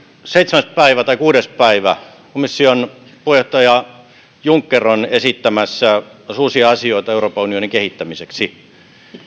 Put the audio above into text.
seitsemäs päivä tai kuudes päivä komission puheenjohtaja juncker on esittämässä taas uusia asioita euroopan unionin kehittämiseksi